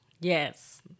Yes